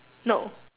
no